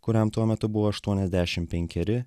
kuriam tuo metu buvo aštuoniasdešim penkeri